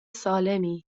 سالمی